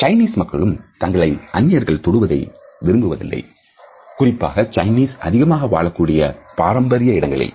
Chinese மக்களும் தங்களை அந்நியர்கள் தொடுவதை விரும்புவதில்லை குறிப்பாக சைனீஸ் அதிகமாக வாழக்கூடிய பாரம்பரிய இடங்களில்